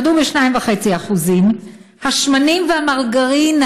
ירדו ב-2.5%; השמנים והמרגרינה,